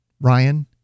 Ryan